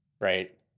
right